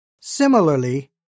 Similarly